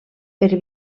per